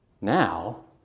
now